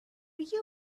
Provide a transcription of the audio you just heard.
you